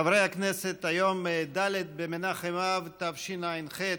חברי הכנסת, היום ד' במנחם אב תשע"ח,